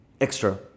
extra